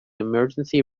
emergency